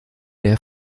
der